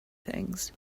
things